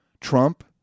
Trump